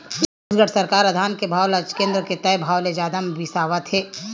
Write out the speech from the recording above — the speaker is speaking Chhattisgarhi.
छत्तीसगढ़ सरकार ह धान के भाव ल केन्द्र के तय भाव ले जादा म बिसावत हे